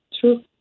True